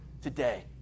today